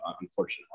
unfortunately